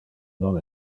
non